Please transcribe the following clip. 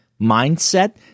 mindset